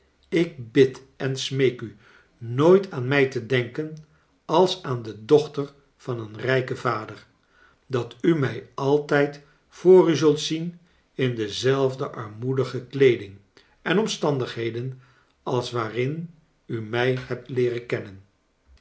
ik bid en smeek u nooit aan mij te denken als aan de dochter van een rijken vader dat u mij altijd voor u zult zien in dezelfde armoedige kleeding en omstandigheden als waarin u mij bebt leeren kennen